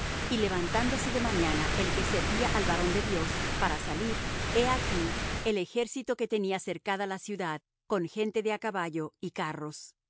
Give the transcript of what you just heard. y levantándose de mañana el que servía al varón de dios para salir he aquí el ejército que tenía cercada la ciudad con gente de á caballo y carros